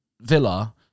Villa